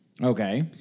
Okay